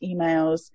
emails